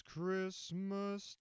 Christmas